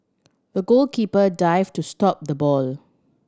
the goalkeeper dived to stop the ball